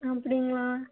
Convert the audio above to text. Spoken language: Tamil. அப்படிங்களா